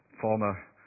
former